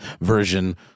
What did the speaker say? version